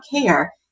care